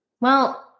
Well-